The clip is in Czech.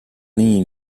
nyní